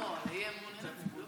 לא, על האי-אמון יש הצבעה?